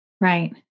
Right